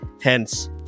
hence